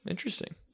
Interesting